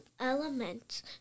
element